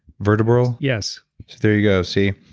vertebral? yes there you go, see?